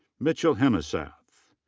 mitchell hemesath.